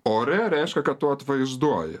o re reiškia kad tu atvaizduoji